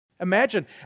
Imagine